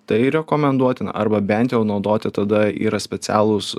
tai rekomenduotina arba bent jau naudoti tada yra specialūs